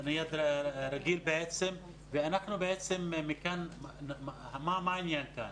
מה העניין כאן?